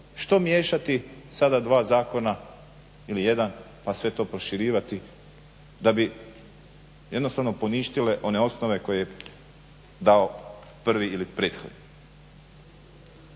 Što miješati sada dva zakona ili jedan pa sve to proširivati da bi jednostavno poništile one osnove koje je dao prvi ili prethodni.